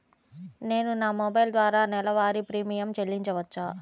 నేను నా మొబైల్ ద్వారా నెలవారీ ప్రీమియం చెల్లించవచ్చా?